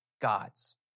gods